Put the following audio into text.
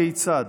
כיצד?